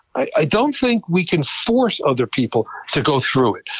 i don't think we can force other people to go through it.